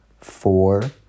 four